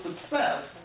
success